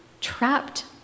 trapped